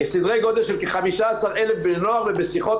סדרי גודל של כ-15,000 בני נוער ובשיחות